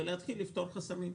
ולהתחיל לפתור חסמים.